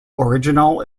original